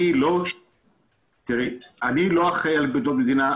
אני לא אחראי לאדמות מדינה,